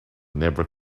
never